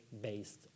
based